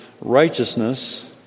righteousness